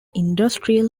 industrial